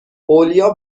اولیاء